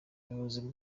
abayobozi